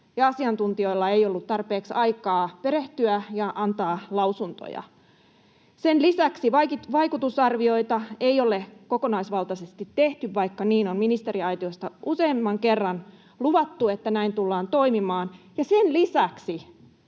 ja asiantuntijoilla ei ollut tarpeeksi aikaa perehtyä ja antaa lausuntoja. Sen lisäksi vaikutusarvioita ei ole kokonaisvaltaisesti tehty, vaikka niin on ministeriaitiosta useamman kerran luvattu, että näin tullaan toimimaan, ja sen lisäksi